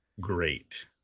Great